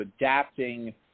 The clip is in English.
adapting